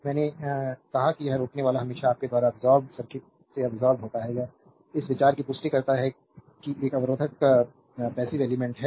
मैंने कहा कि एक रोकनेवाला हमेशा आपके द्वारा अब्सोर्बेद सर्किट से अब्सोर्बेद होता है यह इस विचार की पुष्टि करता है कि एक अवरोधक पैसिव एलिमेंट्स है